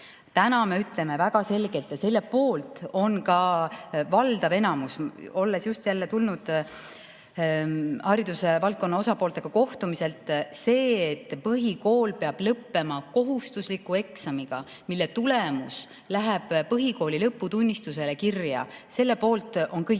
Täna me ütleme väga selgelt ja selle poolt on ka enamik – olen just tulnud haridusvaldkonna osapooltega kohtumiselt –, et põhikool peab lõppema kohustusliku eksamiga, mille tulemus läheb põhikooli lõputunnistusele kirja. Selle poolt on kõik.